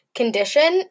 condition